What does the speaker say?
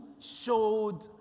showed